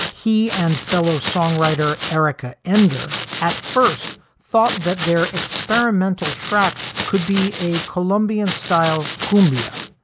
he and fellow songwriter erika endor at first thought that their experimental track could be a colombian style cumbia,